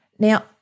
Now